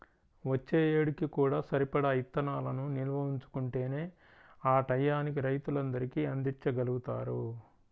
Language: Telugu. వచ్చే ఏడుకి కూడా సరిపడా ఇత్తనాలను నిల్వ ఉంచుకుంటేనే ఆ టైయ్యానికి రైతులందరికీ అందిచ్చగలుగుతారు